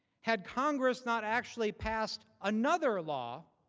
had congress not actually past another law